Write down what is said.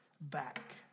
back